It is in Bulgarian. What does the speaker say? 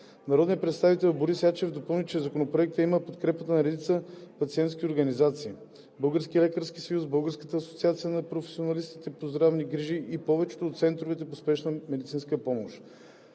Народният представител Борис Ячев допълни, че Законопроектът има подкрепата на редица пациентски организации – Българския лекарски съюз, Българската асоциация на професионалистите по здравни грижи и повечето от центровете по спешна медицинска помощ.